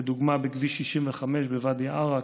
לדוגמה בכביש 65 בוואדי עארה,